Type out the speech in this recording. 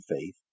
faith